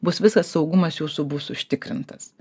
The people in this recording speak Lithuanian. bus visas saugumas jūsų bus užtikrintas